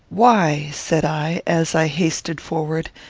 why, said i, as i hasted forward,